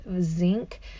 zinc